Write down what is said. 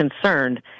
concerned